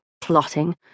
plotting